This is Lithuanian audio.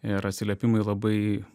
ir atsiliepimai labai